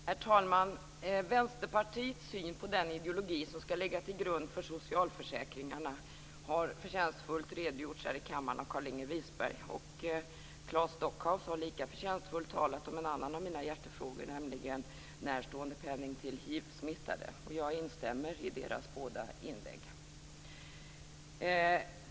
Herr talman! Vänsterpartiets syn på den ideologi som skall ligga till grund för socialförsäkringarna har förtjänstfullt redogjorts för här i kammaren av Carlinge Wisberg. Claes Stockhaus har lika förtjänstfullt talat om en annan av min hjärtefrågor, nämligen närståendepenning till hivsmittade. Jag instämmer i deras båda inlägg.